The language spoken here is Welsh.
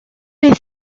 bydd